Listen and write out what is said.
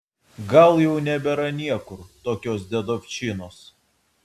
gal jau nebėra niekur tokios dedovščinos